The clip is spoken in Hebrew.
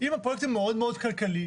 אם הפרויקט מאוד מאוד כלכלי,